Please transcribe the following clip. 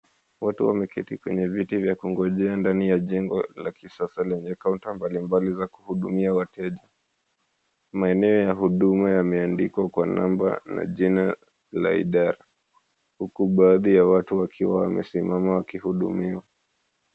Watu wameketi kwenye viti vya kungojea ndani ya jengo la kisasa lenye kaunta mbali mbali za kuhudumia wateja, maeneo ya huduma yameandikwa kwa namba na jina la idara, huku baadhi ya watu wakiwa wamesimama wakihudumiwa.